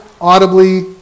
audibly